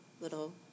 little